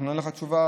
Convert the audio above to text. נענה לך תשובה